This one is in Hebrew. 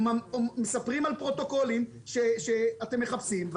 מספרים על פרוטוקולים שאתם מחפשים.